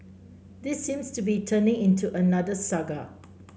this seems to be turning into another saga